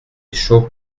chaud